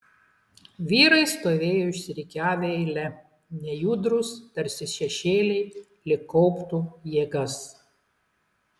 vyrai stovėjo išsirikiavę eile nejudrūs tarsi šešėliai lyg kauptų jėgas